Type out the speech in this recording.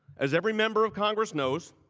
as every member of congress knows,